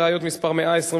הצעת חוק לתיקון פקודת הראיות (מס' 15)